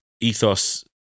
ethos